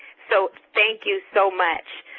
so thank you so much.